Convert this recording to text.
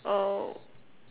or